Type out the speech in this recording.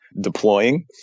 deploying